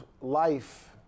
life